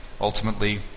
Ultimately